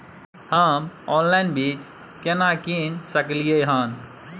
हम ऑनलाइन बीज केना कीन सकलियै हन?